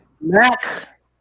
Mac